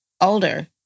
older